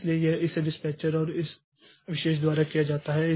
इसलिए इसे डिस्पैचर और इस विशेष द्वारा किया जाता है